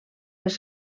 les